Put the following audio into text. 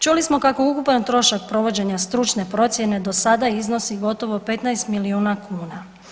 Čuli smo kako je ukupan trošak provođenja stručne procjene do sada iznosi gotovo 15 milijuna kuna.